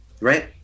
right